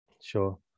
Sure